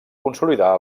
consolidar